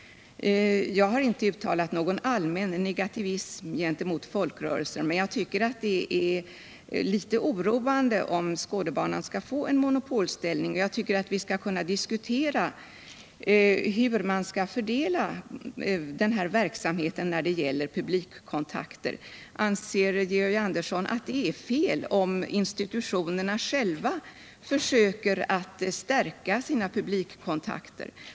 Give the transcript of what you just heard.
Jag har inte uttalat någon allmän negativism gentemot folkrörelser, men jag tycker att det är litet oroande om Skådebanan skall få en monopolställning. Jag tycker att vi skall kunna diskutera hur man skall fördela denna verksamhets publikkontakter. Anser Georg Andersson att det är fel om institutionerna själva försöker stärka sina publikkontakter?